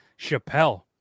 Chappelle